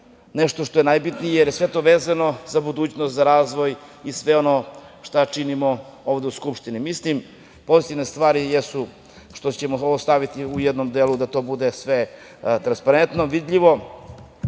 nešto što je najbitnije, jer je sve to vezano za budućnost, za razvoj i sve ono što činimo ovde u Skupštini. Pozitivne stvari jesu što ćemo ovo staviti u jednom delu da to bude sve transparentno, vidljivo.